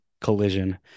collision